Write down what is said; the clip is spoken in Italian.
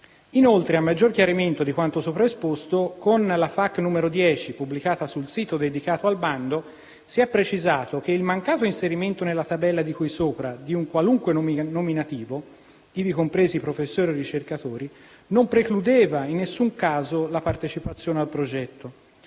Inoltre, a maggior chiarimento di quanto sopra esposto, con la FAQ n. 10 pubblicata sul sito dedicato al bando, si è precisato che il mancato inserimento nella tabella di cui sopra di un qualunque nominativo (ivi compresi professori o ricercatori) non precludeva in alcun caso la partecipazione al progetto.